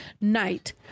night